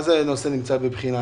מה זה "נמצא בבחינה"?